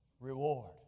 reward